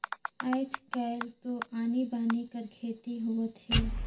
आयज कायल तो आनी बानी कर खेती होवत हे